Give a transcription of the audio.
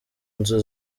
nzu